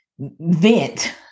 vent